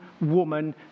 woman